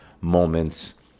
moments